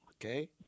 Okay